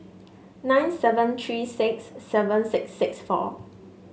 nine seven three six seven six six four